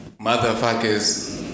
motherfuckers